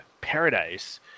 Paradise